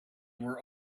were